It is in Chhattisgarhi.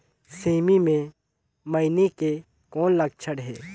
सेमी मे मईनी के कौन लक्षण हे?